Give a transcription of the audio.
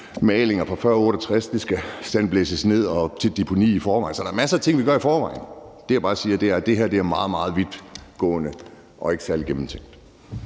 Maling fra før 1968 skal sandblæses ned og til deponi, så der er masser af ting, vi gør i forvejen. Det, jeg bare siger, er, at det her er meget, meget vidtgående, og det er ikke særlig gennemtænkt.